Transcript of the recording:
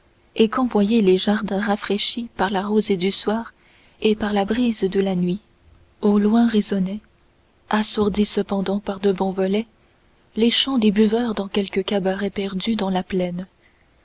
et qu'envoyaient les jardins rafraîchis par la rosée du soir et par la brise de la nuit au loin résonnaient assourdis cependant par de bons volets les chants des buveurs dans quelques cabarets perdus dans la plaine